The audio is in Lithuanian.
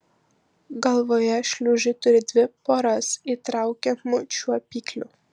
galvoje šliužai turi dvi poras įtraukiamų čiuopiklių